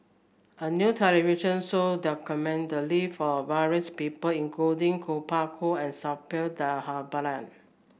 a new television show document the live of various people including Kuo Pao Kun and Suppiah Dhanabalan